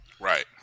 right